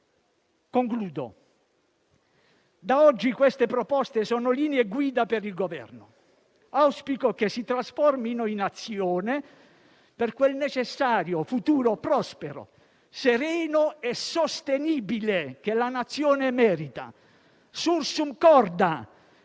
patologiche. Da oggi queste proposte sono linee guida per il Governo e auspico che si trasformino in azione per quel necessario futuro prospero, sereno e sostenibile che la Nazione merita. *Sursum corda*!